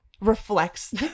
reflects